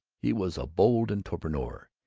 he was a bold entrepreneur,